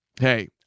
Hey